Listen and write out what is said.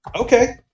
Okay